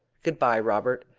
good-bye, robert,